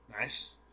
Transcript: Nice